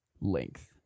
length